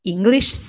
English